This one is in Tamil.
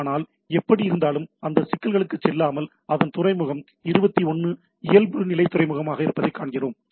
ஆனால் எப்படியிருந்தாலும் அந்த சிக்கல்களுக்குச் செல்லாமல் அதன் துறைமுகம் 21 இயல்புநிலை துறைமுகமாக இருப்பதைக் காண்கிறோம்